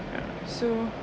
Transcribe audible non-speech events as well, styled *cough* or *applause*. *noise* so